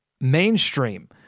mainstream